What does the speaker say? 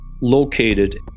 located